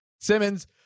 Simmons